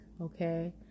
okay